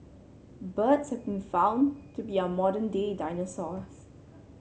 birds have been found to be our modern day dinosaurs